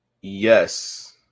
yes